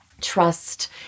trust